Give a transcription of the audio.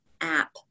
app